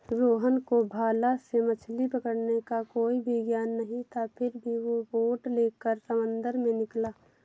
रोहन को भाला से मछली पकड़ने का कोई भी ज्ञान नहीं था फिर भी वो बोट लेकर समंदर में निकला